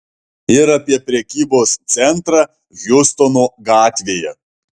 ir apie prekybos centrą hjustono gatvėje